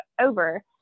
over